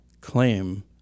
claim